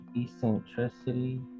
Eccentricity